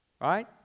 Right